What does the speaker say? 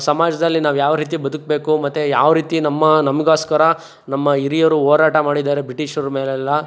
ಸಮಾಜದಲ್ಲಿ ನಾವು ಯಾವ ರೀತಿ ಬದುಕಬೇಕು ಮತ್ತೆ ಯಾವ ರೀತಿ ನಮ್ಮ ನಮಗೋಸ್ಕರ ನಮ್ಮ ಹಿರಿಯರು ಹೋರಾಟ ಮಾಡಿದ್ದಾರೆ ಬ್ರಿಟಿಷರು ಮೇಲೆಲ್ಲ